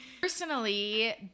personally